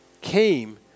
came